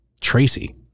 Tracy